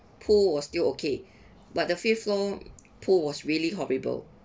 pool was still okay but the fifth floor pool was really horrible